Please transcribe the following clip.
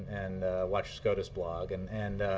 and watch scotus blog. and and